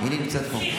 היא נמצאת פה.